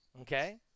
Okay